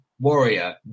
Warrior